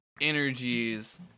energies